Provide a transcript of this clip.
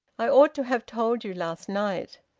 i ought to have told you last night.